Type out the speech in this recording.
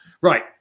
Right